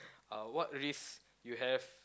uh what risks you have